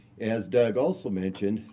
as doug also mentioned,